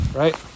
right